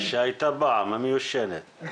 שהייתה פעם, המיושנת.